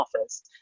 office